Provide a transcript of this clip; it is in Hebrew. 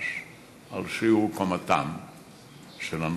מחדש על שיעור קומתם של הנופלים.